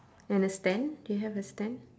and a stand do you have a stand